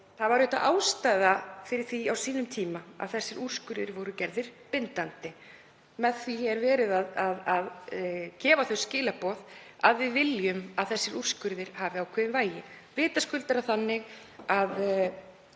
Það var auðvitað ástæða fyrir því á sínum tíma að þessir úrskurðir voru gerðir bindandi. Með því er verið að gefa þau skilaboð að við viljum að þessir úrskurðir hafi ákveðið vægi. Vitaskuld er það þannig að